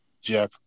Jeff